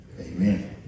Amen